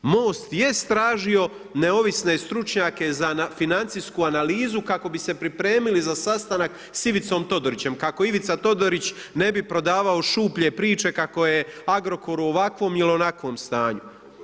MOST jest tražio neovisne stručnjake za financijsku analizu kako bi se pripremili za sastanak s Ivicom Todorićem, kako Ivica Todorić ne bi prodavao šuplje priče kako je Agrokor u ovakvom ili onakvom stanju.